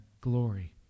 glory